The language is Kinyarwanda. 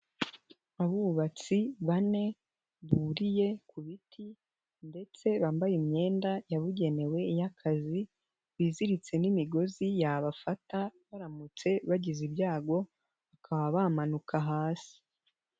Abubatsi bane buriye ku biti ndetse bambaye imyenda yabugenewe y'akazi, biziritse n'imigozi yabafata baramutse bagize ibyago, bakaba bamanuka hasi.